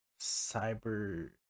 cyber